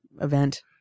event